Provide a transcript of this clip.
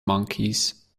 monkeys